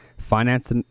finance